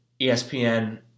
ESPN